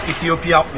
Ethiopia